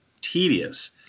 tedious